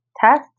test